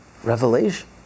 Revelation